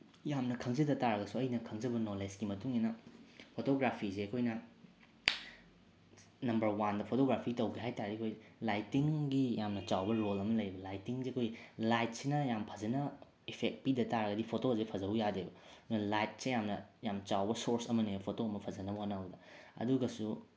ꯌꯥꯝꯅ ꯈꯪꯖꯗ ꯇꯥꯔꯒꯁꯨ ꯑꯩꯅ ꯈꯪꯖꯕ ꯅꯣꯂꯦꯖꯀꯤ ꯃꯇꯨꯡ ꯏꯟꯅ ꯐꯣꯇꯣꯒ꯭ꯔꯥꯐꯤꯁꯤ ꯑꯩꯈꯣꯏꯅ ꯅꯝꯕꯔ ꯋꯥꯟꯗ ꯐꯣꯇꯣꯒ꯭ꯔꯥꯐꯤ ꯇꯧꯒꯦ ꯍꯥꯏ ꯇꯥꯔꯗꯤ ꯑꯩꯈꯣꯏ ꯂꯥꯏꯇꯤꯡꯒꯤ ꯌꯥꯝꯅ ꯆꯥꯎꯕ ꯔꯣꯜ ꯑꯃ ꯂꯩꯌꯦꯕ ꯂꯥꯏꯇꯤꯡꯁꯦ ꯑꯩꯈꯣꯏ ꯂꯥꯏꯠꯁꯤꯅ ꯌꯥꯝ ꯐꯖꯅ ꯏꯐꯦꯛ ꯄꯤꯗ ꯇꯥꯔꯒꯗꯤ ꯐꯣꯇꯣꯁꯦ ꯐꯖꯧ ꯌꯥꯗꯦꯕ ꯑꯗꯨꯅ ꯂꯥꯏꯠꯁꯦ ꯌꯥꯝꯅ ꯌꯥꯝ ꯆꯥꯎꯕ ꯁꯣꯔꯁ ꯑꯃꯅꯦ ꯐꯣꯇꯣ ꯑꯃ ꯐꯖꯅꯕ ꯍꯣꯠꯅꯕꯗ ꯑꯗꯨꯒꯁꯨ